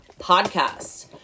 podcast